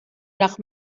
nach